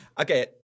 Okay